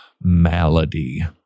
malady